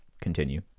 continue